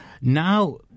Now